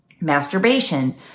Masturbation